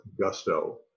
gusto